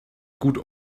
gut